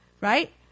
right